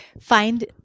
Find